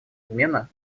обмена